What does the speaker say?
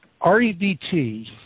REBT